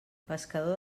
pescador